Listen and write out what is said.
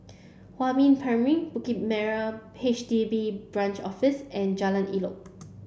Huamin Primary Bukit Merah H D B Branch Office and Jalan Elok